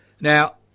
Now